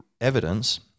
evidence